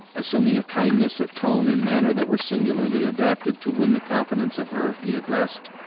assuming a kindness of tone and manner that were singularly adapted to win the confidence of her he addressed.